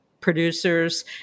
producers